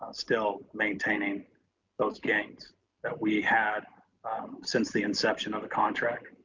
still maintaining those gains that we had since the inception of the contract.